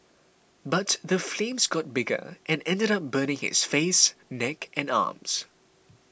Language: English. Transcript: but the flames got bigger and ended up burning his face neck and arms